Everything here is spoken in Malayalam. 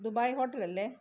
ദുബായ് ഹോട്ടലല്ലേ